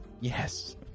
Yes